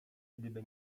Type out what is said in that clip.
gdyby